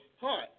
heart